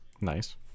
Nice